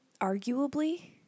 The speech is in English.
arguably